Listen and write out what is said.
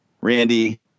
Randy